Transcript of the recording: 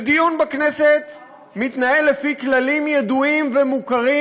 ודיון בכנסת מתנהל לפי כללים ידועים ומוכרים,